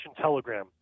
Telegram